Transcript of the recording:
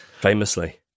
Famously